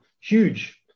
huge